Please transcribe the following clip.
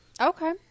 Okay